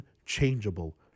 unchangeable